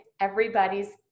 everybody's